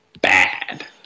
bad